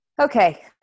Okay